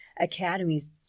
academies